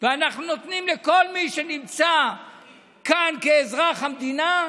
ואנחנו נותנים לכל מי שנמצא כאן כאזרח המדינה,